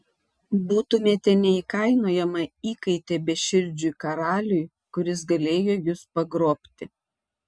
būtumėte neįkainojama įkaitė beširdžiui karaliui kuris galėjo jus pagrobti